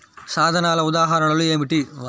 సాధనాల ఉదాహరణలు ఏమిటీ?